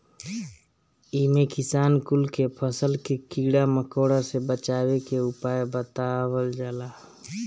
इमे किसान कुल के फसल के कीड़ा मकोड़ा से बचावे के उपाय बतावल जाला